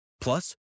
Plus